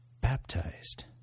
baptized